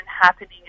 happening